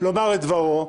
לומר את דברו.